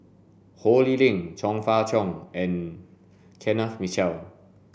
Ho Lee Ling Chong Fah Cheong and Kenneth Mitchell